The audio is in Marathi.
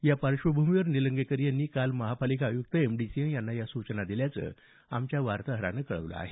या पार्श्वभूमीवर निलंगेकर यांनी काल महापालिका आयुक्त एम डी सिंह यांना अशा सूचना दिल्याचं आमच्या वार्ताहरानं कळवलं आहे